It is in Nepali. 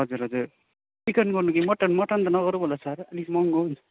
हजुर हजुर चिकन गर्नु कि मटन मटन त नगरौँ होला सर अलिक महँगो